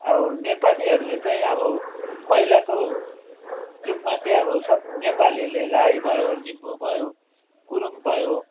अब नेपालीहरूले चाहिँ अब पहिलाको जुगमा चाहिँ अब सब नेपालीले राई भयो लिम्बू भयो गुरुङ भयो